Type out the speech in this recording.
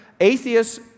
Atheists